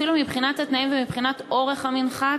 אפילו מבחינת התנאים ומבחינת אורך המנחת,